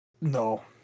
No